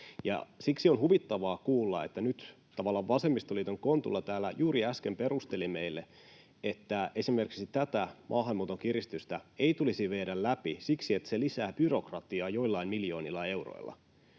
Siksi on huvittavaa kuulla, kuten nyt tavallaan vasemmistoliiton Kontula täällä juuri äsken perusteli meille, että esimerkiksi tätä maahanmuuton kiristystä ei tulisi viedä läpi siksi, että se lisää byrokratiaa joillain miljoonilla euroilla.